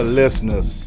listeners